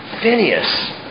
Phineas